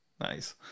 Nice